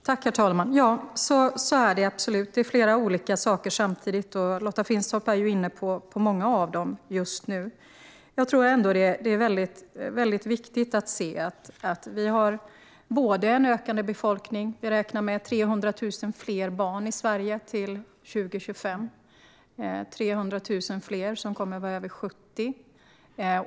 Herr talman! Ja, så är det. Det handlar om flera olika saker samtidigt, och Lotta Finstorp är inne på många av dem. Befolkningen ökar. Vi räknar med 300 00 fler barn i Sverige till 2025 och 300 000 fler över 70.